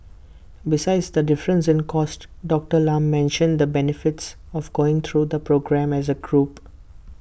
besides the difference in cost Doctor Lam mentioned the benefits of going through the programme as A group